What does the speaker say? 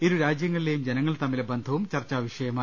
ഇരു രാജ്യങ്ങളിലെ ജനങ്ങൾ തമ്മിലെ ബന്ധവും ചർച്ചാവിഷയമായി